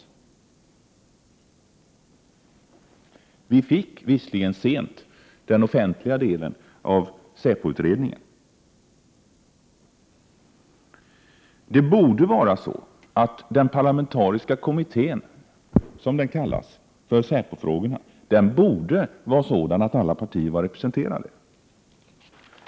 Sent omsider fick vi visserligen den offentliga delen av säpoutredningen. Det borde vara så att alla partier är representerade i den s.k. parlamentariska kommittén för säpofrågorna.